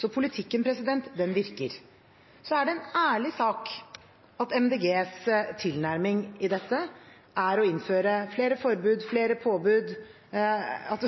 Så politikken virker. Det er en ærlig sak at MDGs tilnærming til dette er å innføre flere forbud, flere påbud, at